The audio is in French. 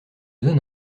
donne